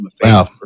Wow